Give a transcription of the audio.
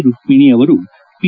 ರುಕ್ಷಿಣಿ ಅವರು ಪಿ